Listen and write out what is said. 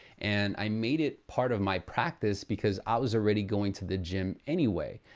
and i made it part of my practice because i was already going to the gym anyway.